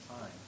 time